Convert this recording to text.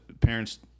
parents